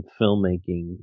filmmaking